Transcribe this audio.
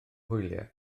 hwyliau